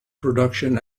production